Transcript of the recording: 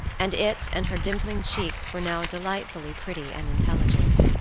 and it and her dimpling cheeks were now delightfully pretty and intelligent.